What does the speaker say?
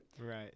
Right